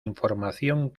información